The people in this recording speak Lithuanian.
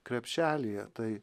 krepšelyje tai